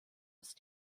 ist